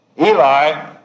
Eli